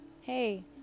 hey